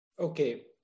Okay